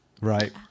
Right